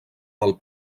del